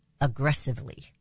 aggressively